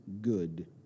good